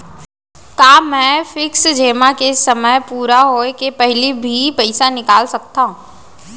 का मैं फिक्स जेमा के समय पूरा होय के पहिली भी पइसा निकाल सकथव?